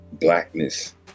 blackness